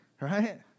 right